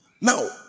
Now